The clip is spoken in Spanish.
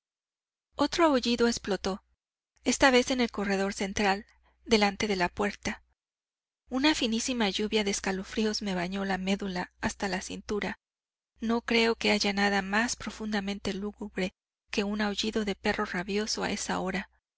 otro aullido explotó esta vez en el corredor central delante de la puerta una finísima lluvia de escalofríos me bañó la médula hasta la cintura no creo que haya nada más profundamente lúgubre que un aullido de perro rabioso a esa hora